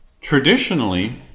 traditionally